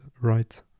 right